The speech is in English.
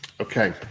Okay